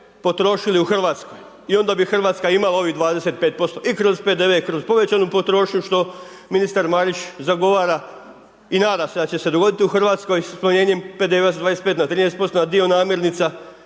potrošili i Hrvatskoj i onda bi Hrvatska imala ovih 25% i kroz PDV i kroz povećanu potrošnju što ministar Marić zagovara i nada se da će se dogoditi u Hrvatskoj sa smanjenjem PDV-a sa 25 na 13%, na dio namirnica